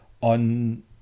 On